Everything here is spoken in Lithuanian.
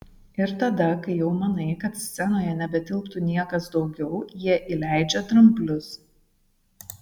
ir tada kai jau manai kad scenoje nebetilptų niekas daugiau jie įleidžia dramblius